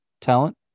talent